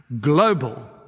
global